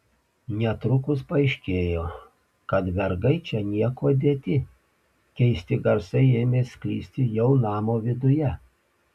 netrukus paaiškėjo kad vergai čia niekuo dėti keisti garsai ėmė sklisti jau namo viduje